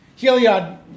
Heliod